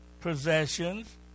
possessions